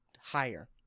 higher